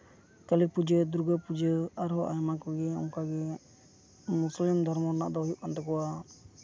ᱞᱟᱹᱞᱤ ᱯᱩᱡᱟᱹ ᱫᱩᱨᱜᱟᱹ ᱯᱩᱡᱟᱹ ᱟᱨᱦᱚᱸ ᱟᱭᱢᱟ ᱠᱚᱜᱮ ᱚᱱᱠᱟᱜᱮ ᱢᱩᱥᱞᱤᱢ ᱫᱷᱨᱚᱢᱚ ᱨᱮᱱᱟᱜ ᱫᱚ ᱦᱩᱭᱩᱜ ᱠᱟᱱ ᱛᱟᱠᱚᱣᱟ